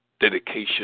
dedication